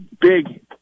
big